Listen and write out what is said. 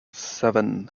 seven